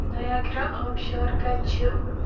Niagara آبشار کَتہِ چھِ